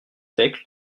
fekl